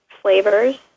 flavors